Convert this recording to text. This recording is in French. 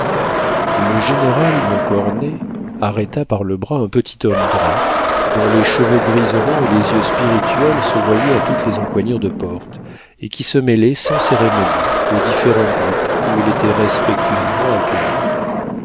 le général montcornet arrêta par le bras un petit homme gras dont les cheveux grisonnants et les yeux spirituels se voyaient à toutes les encoignures de portes et qui se mêlait sans cérémonie aux différents groupes où il était respectueusement accueilli